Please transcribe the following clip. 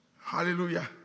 Hallelujah